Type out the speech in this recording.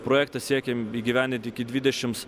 projektą siekėm įgyvendinti iki dvidešims